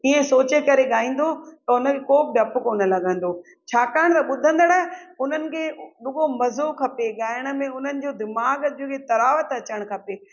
इअं सोचे करे ॻाईंदो त हुनखे को बि ढप कोन लॻंदो छाकाणि त ॿुधंदड़ उन्हनि खे रुॻो मज़ो खपे ॻाइण में उन्हनि जो दिमाग़ ते तराउ त अचणु खपे